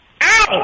Ow